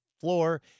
Floor